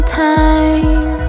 time